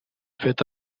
feta